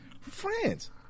friends